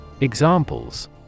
Examples